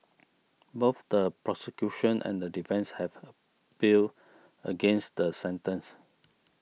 both the prosecution and the defence have appealed against the sentence